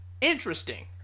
interesting